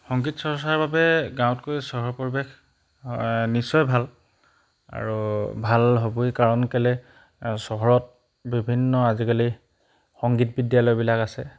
সংগীত চৰ্চাৰ বাবে গাঁৱতকৈ চহৰৰ পৰিৱেশ এ নিশ্চয় ভাল আৰু ভাল হ'বই কাৰণ কেলৈ চহৰত বিভিন্ন আজিকালি সংগীত বিদ্যালয়বিলাক আছে